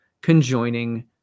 conjoining